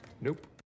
Nope